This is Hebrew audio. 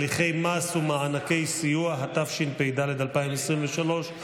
(הליכי מס ומענקי סיוע), התשפ"ד 2023,